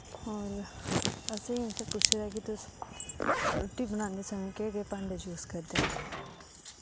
और असें इत्थै पुच्छे दा कि तुस रुट्टी बनांदे समे केह् केह् भांडे यूज करदे